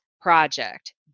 project